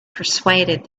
persuaded